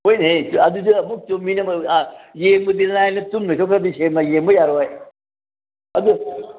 ꯍꯣꯏꯅꯦꯍꯦ ꯑꯗꯨꯁꯨ ꯑꯃꯨꯛ ꯆꯨꯝꯃꯤꯅꯦ ꯌꯦꯡꯕꯗꯤ ꯂꯥꯏꯔꯗꯅ ꯇꯨꯝ ꯂꯩꯊꯣꯛꯈ꯭ꯔꯗꯤ ꯁꯤꯅꯦꯃꯥ ꯌꯦꯡꯕ ꯌꯥꯔꯣꯏ ꯑꯗꯨ